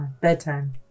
bedtime